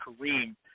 Kareem